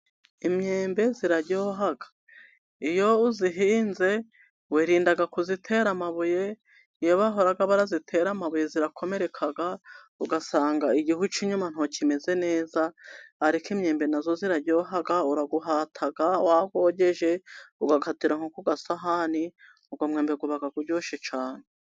imyembe ziraryoha, iyo uzihinze wirinda kuzitera amabuye. Iyo bahora barayitera amabuye, irakomereka, ugasanga igihu cy'inyuma nto kimeze neza. Ariko imyembe na yo iraryoha, urawuhata wawogeje, ugakatira nko ku gasahani. Uwo mwembe uba uryoshye cyane.